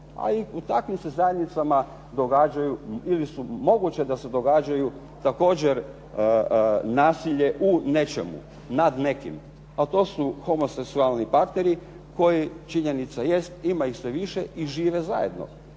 i u takvim se zajednicama događaju ili su moguće da se događaju također nasilje u nečemu, nad nekim, a to su homoseksualni partneri koji činjenica jest, ima ih sve više i žive zajedno.